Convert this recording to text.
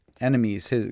enemies